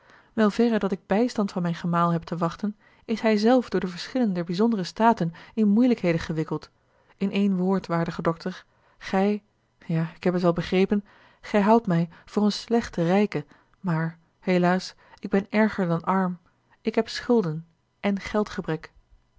wel verre dat ik bijstand van mijn gemaal heb te wachten is hij zelf door de verschillen der bijzondere staten in moeielijkheden gewikkeld in één woord waardige dokter gij ja ik heb het wel begrepen gij houdt mij voor eene slechte rijke maar helaas ik ben erger dan arm ik heb schulden en